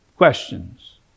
Questions